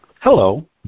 hello